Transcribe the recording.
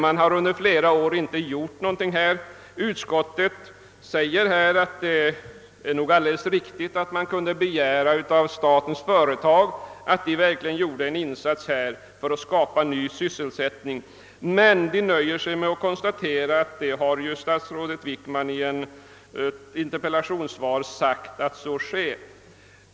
Man har under flera år inte gjort något åt dem. Utskottet säger att det nog är alldeles riktigt att man kunde begära att statens företag verkligen gjorde en insats för att skapa ny sysselsättning, men utskottet nöjer sig med att konsta tera att statsrådet Wickman i ett interpellationssvar har sagt att så sker.